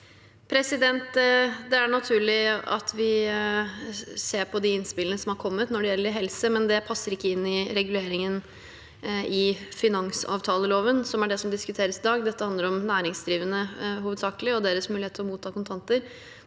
Det er naturlig at vi ser på de innspillene som har kommet når det gjelder helse, men det passer ikke inn i reguleringen i finansavtaleloven, som er den som diskuteres i dag. Dette handler hovedsakelig om næringsdrivende og deres muligheter til å motta kontanter.